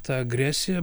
ta agresija